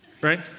right